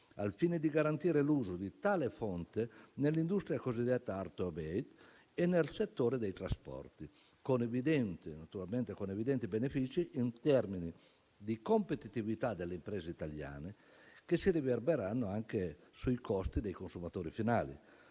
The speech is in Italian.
al fine di garantire l'uso di tale fonte nell'industria cosiddetta *hard to abate* e nel settore dei trasporti, naturalmente con evidenti benefici in termini di competitività delle imprese italiane che si riverbereranno anche sui costi dei consumatori finali.